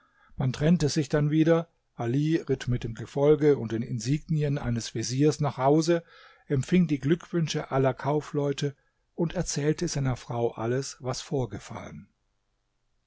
man trennte sich dann wieder ali ritt mit dem gefolge und den insignien eines veziers nach hause empfing die glückwünsche aller kaufleute und erzählte seiner frau alles was vorgefallen